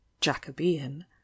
jacobean